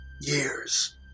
years